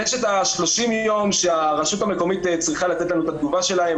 יש את ה-30 יום שהרשות המקומית צריכה לתת לנו את התגובה שלהם.